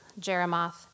Jeremoth